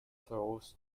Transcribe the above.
throws